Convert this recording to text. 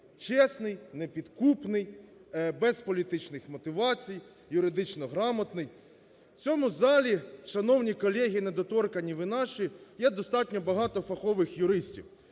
чесний, непідкупний, без політичних мотивацій, юридично грамотний. У цьому залі, шановні колеги недоторканні ви наші, є достатньо багато фахових юристів,